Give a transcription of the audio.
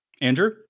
Andrew